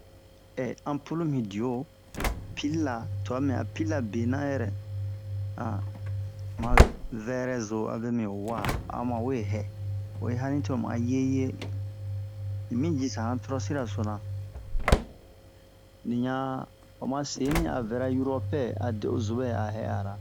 anpul mi dio pil la twa mimi a pil la bena yɛrɛ ma vɛrɛzo vɛ mi ho wa a ma we hɛ oyi hani to mu'a yeye un mi jisa han torosira sona ni ɲan o ma seni a vɛra yoropɛ a de'o zubɛ a hɛ'ara